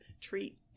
treat